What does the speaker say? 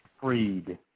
Freed